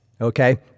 Okay